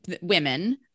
women